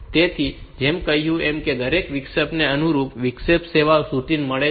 તેથી જેમ મેં કહ્યું કે દરેક વિક્ષેપને અનુરૂપ વિક્ષેપ સેવા રૂટિન મળે છે